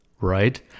right